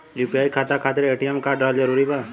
UPI खाता खातिर ATM card रहल जरूरी बा?